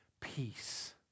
peace